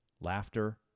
laughter